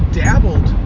dabbled